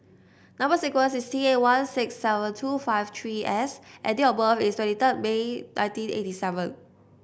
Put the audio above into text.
number sequence is T eight one six seven two five three S and date of birth is twenty third May nineteen eighty seven